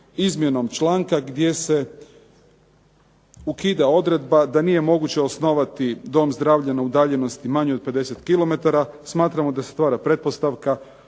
izmjenom članka gdje se ukida odredba da nije moguće osnovati dom zdravlja na udaljenosti manjoj od 50 km smatramo da se stvara pretpostavka